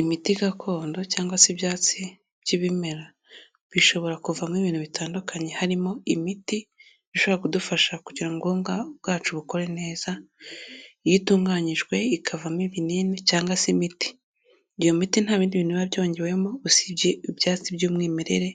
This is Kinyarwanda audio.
Imiti gakondo cyangwa se ibyatsi by'ibimera bishobora kuvamo ibintu bitandukanye harimo imiti ishobora kudufasha kugira ngo ubwonko bwacu bukore neza, iyo itunganyijwe ikavamo ibinini cyangwa se imiti, iyo miti nta bindi bintu biba byongewemo usibye ibyatsi by'umwimerere